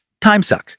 timesuck